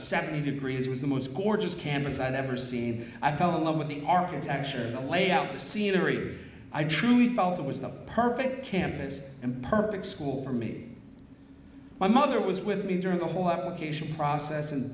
seventy degrees was the most gorgeous campus i'd ever seen i fell in love with the architecture the layout the scenery i truly felt it was the perfect campus and perfect school for me my mother was with me during the whole application process and